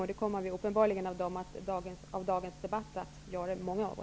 Av dagens debatt att döma kommer många av oss uppenbarligen att göra det.